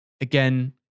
again